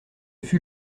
fut